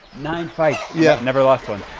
nine fights? yeah never lost one?